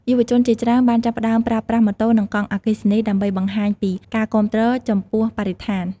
យុវជនជាច្រើនបានចាប់ផ្តើមប្រើប្រាស់ម៉ូតូនិងកង់អគ្គិសនីដើម្បីបង្ហាញពីការគាំទ្រចំពោះបរិស្ថាន។